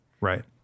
Right